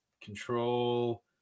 control